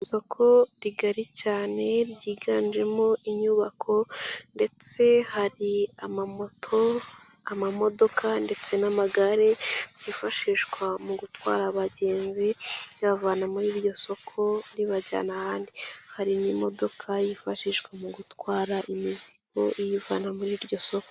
Isoko rigari cyane ryiganjemo inyubako ndetse hari amamoto, amamodoka ndetse n'amagare, byifashishwa mu gutwara abagenzi, bibavana muri iryo soko, bibajyana ahandi. Hari n'imodoka yifashishwa mu gutwara imizigo, iyivana muri iryo soko.